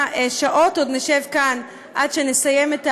שעות עוד נשב כאן עד שנסיים את המליאה,